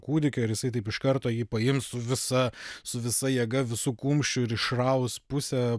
kūdikio ir jisai taip iš karto jį paims su visa su visa jėga visu kumščiu ir išraus pusę